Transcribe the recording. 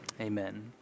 amen